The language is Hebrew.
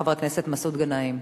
חבר הכנסת מסעוד גנאים.